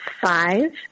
five